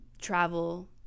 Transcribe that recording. travel